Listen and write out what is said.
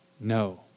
No